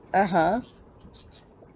(uh huh)